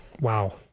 Wow